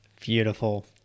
Beautiful